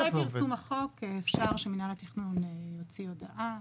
אחרי פרסום החוק אפשר שמינהל התכנון יוציא הודעה.